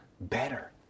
better